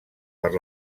per